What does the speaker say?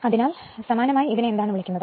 അതിനാൽ സമാനമായി ഇതിനെ എന്താണ് വിളിക്കുന്നത്